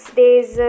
days